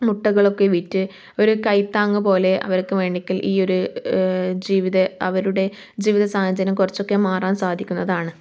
മുട്ടകളൊക്കെ വിറ്റ് ഒരു കൈത്താങ്ങ്പോലെ അവർക്ക് വേണെങ്കിൽ ഈയൊരു ജീവിത അവരുടെ ജീവിതസാഹചര്യം കുറച്ചൊക്കെ മാറാൻ സാധിക്കുന്നതാണ്